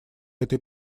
этой